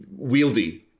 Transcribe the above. wieldy